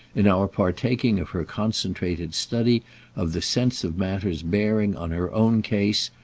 in our partaking of her concentrated study of the sense of matters bearing on her own case,